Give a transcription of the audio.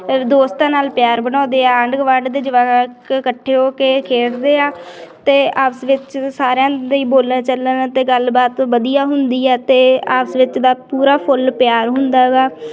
ਦੋਸਤਾਂ ਨਾਲ ਪਿਆਰ ਬਣਾਉਂਦੇ ਆ ਆਂਢ ਗੁਆਂਢ ਦੇ ਜਵਾਕ ਇਕੱਠੇ ਹੋ ਕੇ ਖੇਡਦੇ ਆ ਅਤੇ ਆਪਸ ਵਿੱਚ ਸਾਰਿਆਂ ਦੇ ਹੀ ਬੋਲਣ ਚਾਲਣ ਅਤੇ ਗੱਲਬਾਤ ਵਧੀਆ ਹੁੰਦੀ ਹੈ ਅਤੇ ਆਪਸ ਵਿੱਚ ਦਾ ਪੂਰਾ ਫੁੱਲ ਪਿਆਰ ਹੁੰਦਾ ਗਾ